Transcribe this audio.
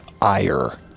ire